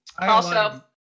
Also-